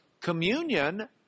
Communion